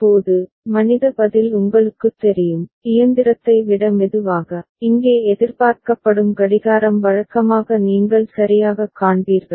இப்போது மனித பதில் உங்களுக்குத் தெரியும் இயந்திரத்தை விட மெதுவாக இங்கே எதிர்பார்க்கப்படும் கடிகாரம் வழக்கமாக நீங்கள் சரியாகக் காண்பீர்கள்